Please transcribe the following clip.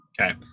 Okay